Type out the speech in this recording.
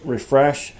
Refresh